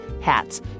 hats